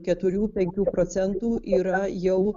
keturių penkių procentų yra jau